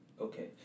Okay